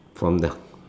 from the